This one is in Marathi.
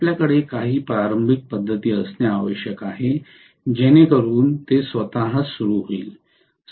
आपल्याकडे काही प्रारंभिक पद्धती असणे आवश्यक आहे जेणेकरून ते स्वतःच सुरू होईल